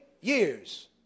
years